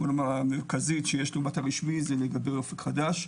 המרכזית שיש לנו ברשמי זה לגבי אופק חדש,